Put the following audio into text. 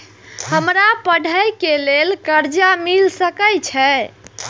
हमरा पढ़े के लेल कर्जा मिल सके छे?